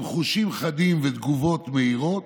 הוא היה עם חושים חדים ותגובות מהירות,